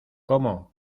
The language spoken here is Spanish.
cómo